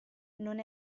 non